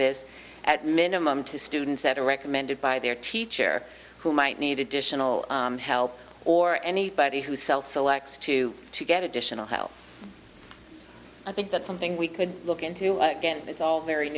this at minimum to students that are recommended by their teacher who might need additional help or anybody who is self selects to get additional help i think that's something we could look into it again it's all very